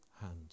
hand